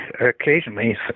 occasionally